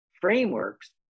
frameworks